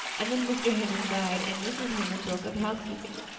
and then mr. hammond died and mrs. hammond broke up housekeeping.